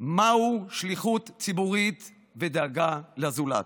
מהי שליחות ציבורית ודאגה לזולת.